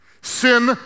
Sin